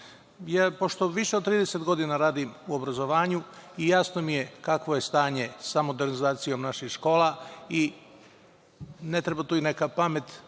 Pošto više od 30 godina radim u obrazovanju, jasno mi je kakvo je stanje sa modernizacijom naših škola i ne treba tu i neka pamet